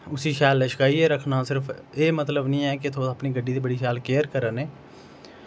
उसी शैल लशकाइयै रक्खना सिर्फ एह् मतलव नी ऐ के तुस अपनी गड्डी दी बड़ी शैल केयर करा ने